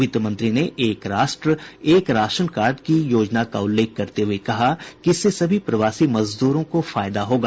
वित्त मंत्री ने एक राष्ट्र एक राशन कार्ड की योजना का उल्लेख करते हुए कहा कि इससे सभी प्रवासी मजदूरों को फायदा होगा